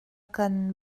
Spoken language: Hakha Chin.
kan